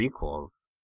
prequels